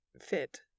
fit